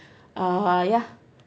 uh yeah